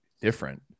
different